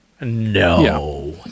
No